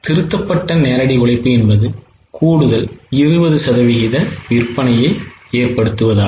திருத்தப்பட்ட நேரடி உழைப்பு என்பது கூடுதல் 20 சதவீத விற்பனையை ஏற்படுத்துவதாகும்